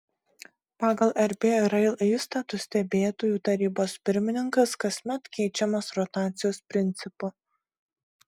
pagal rb rail įstatus stebėtojų tarybos pirmininkas kasmet keičiamas rotacijos principu